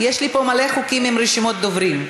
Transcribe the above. יש לי פה מלא חוקים עם רשימות דוברים,